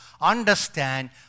understand